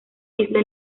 isla